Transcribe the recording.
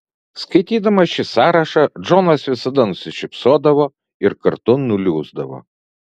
skaitydamas šį sąrašą džonas visada nusišypsodavo ir kartu nuliūsdavo